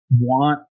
want